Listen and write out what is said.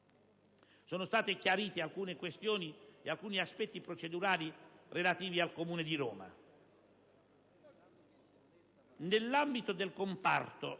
Sono state chiarite alcune questioni ed alcuni aspetti procedurali relativi al Comune di Roma.